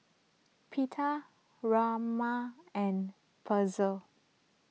Pita Rajma and Pretzel